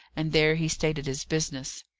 and there he stated his business.